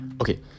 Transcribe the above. okay